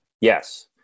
yes